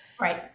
right